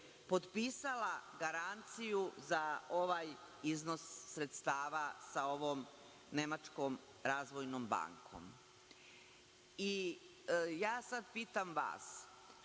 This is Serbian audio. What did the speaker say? potpisala garanciju za ovaj iznos sredstava sa ovom Nemačkom razvojnom bankom. Ja sad pitam vas